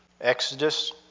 Exodus